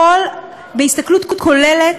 בהסתכלות כוללת,